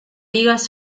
digas